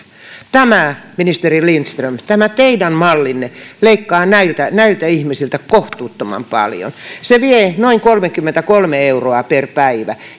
ministeri lindström tämä teidän mallinne leikkaa näiltä näiltä ihmisiltä kohtuuttoman paljon se vie noin kolmekymmentäkolme euroa per kuukausi